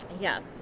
Yes